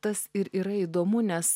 tas ir yra įdomu nes